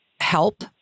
help